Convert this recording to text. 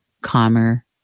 calmer